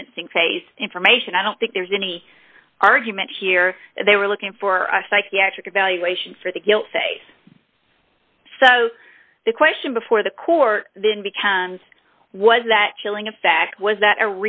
sentencing phase information i don't think there's any argument here they were looking for a psychiatric evaluation for the guilt phase so the question before the court then becomes was that chilling effect was that a